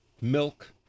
Milk